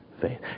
faith